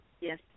Yes